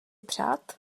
přát